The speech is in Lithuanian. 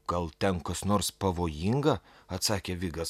gal ten kas nors pavojinga atsakė vigas